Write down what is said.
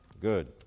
Good